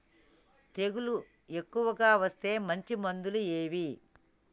తెగులు ఎక్కువగా వస్తే మంచి మందులు ఏవి?